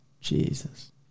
Jesus